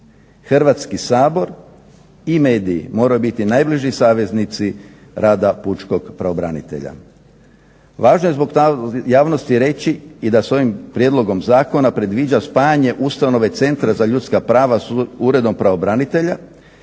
Hrvatski sabor i mediji moraju biti najbliži saveznici rada pučkog pravobranitelja. Važno je zbog javnosti reći i da se ovim prijedlogom zakona predviđa spajanje ustanove Centra za ljudska prava s Uredom pravobranitelja